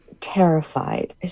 Terrified